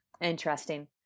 Interesting